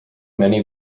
many